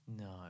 No